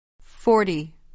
Forty